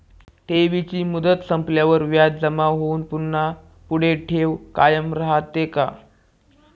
ठेवीची मुदत संपल्यावर व्याज जमा होऊन पुन्हा पुढे ठेव कायम राहते का?